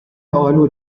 آلو